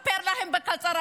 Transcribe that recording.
אני אספר לכם בקצרה,